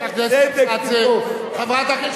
חברת הכנסת,